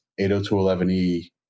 802.11e